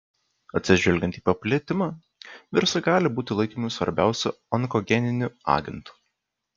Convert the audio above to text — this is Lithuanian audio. atsižvelgiant į paplitimą virusai gali būti laikomi svarbiausiu onkogeniniu agentu